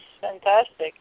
fantastic